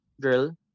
girl